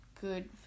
good